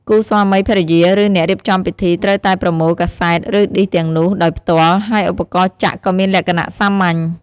គូស្វាមីភរិយា ឬអ្នករៀបចំពិធីត្រូវតែប្រមូលកាសែត ឬឌីសទាំងនោះដោយផ្ទាល់ ហើយឧបករណ៍ចាក់ក៏មានលក្ខណៈសាមញ្ញ។